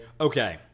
okay